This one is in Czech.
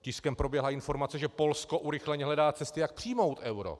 Tiskem proběhla informace, že Polsko urychleně hledá cesty, jak přijmout euro.